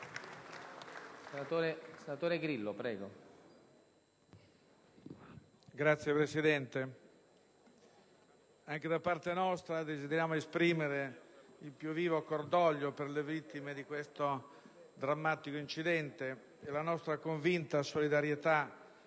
Signor Presidente, anche da parte nostra desideriamo esprimere il più vivo cordoglio per le vittime di questo drammatico incidente e la nostra convinta solidarietà